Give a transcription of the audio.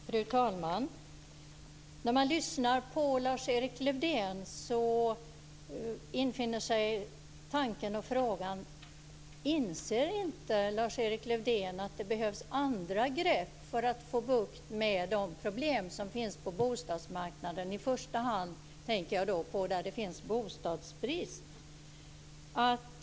Fru talman! När man lyssnar på Lars-Erik Lövdén infinner sig tanken och frågan: Inser inte Lars-Erik Lövdén att det behövs andra grepp för att få bukt med de problem som finns på bostadsmarknaden? I första hand tänker jag då på bostadsbristen.